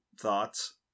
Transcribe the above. thoughts